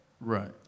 right